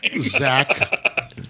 Zach